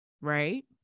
right